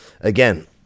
again